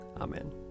Amen